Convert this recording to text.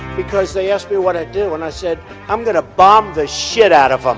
because they asked me what i'd do, and i said i'm gonna bomb the shit out of um